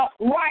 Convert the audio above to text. right